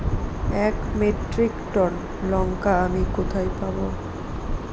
এক metric ton লঙ্কা আমি কোথায় পাবো?